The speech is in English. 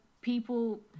people